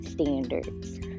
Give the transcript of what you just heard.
standards